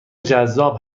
جذاب